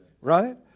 right